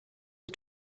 are